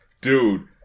Dude